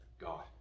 God